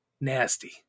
nasty